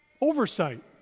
Oversight